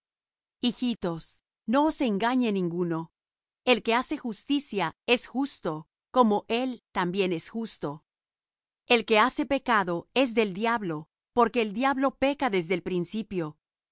hijitos no os engañe ninguno el que hace justicia es justo como él también es justo el que hace pecado es del diablo porque el diablo peca desde el principio